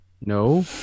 No